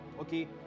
okay